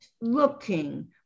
looking